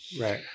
Right